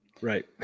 Right